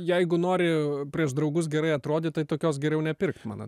jeigu nori prieš draugus gerai atrodyt tai tokios geriau nepirkt man